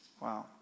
Wow